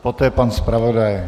Poté pan zpravodaj.